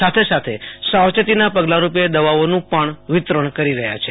સાથે સાથે સાવચેતીના પગલારૂપે દવાઓનું પણ વિતરણ કરી રહ્યા છે